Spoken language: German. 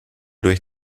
durch